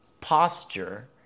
posture